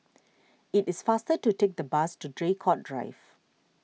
it is faster to take the bus to Draycott Drive